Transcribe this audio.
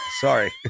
Sorry